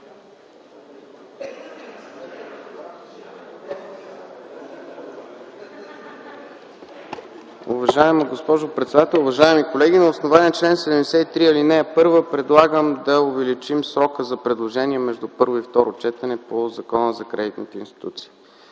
Уважаема госпожо председател, уважаеми колеги! На основание чл. 73, ал. 1 предлагам да увеличим срока за предложения между първо и второ четене по Закона за кредитните институции,